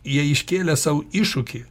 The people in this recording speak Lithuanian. jie iškėlę sau iššūkį